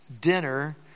dinner